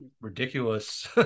ridiculous